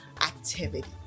activity